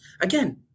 again